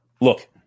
Look